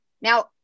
Now